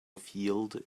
field